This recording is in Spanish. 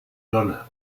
lona